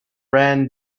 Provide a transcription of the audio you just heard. ran